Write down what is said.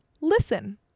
listen